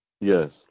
Yes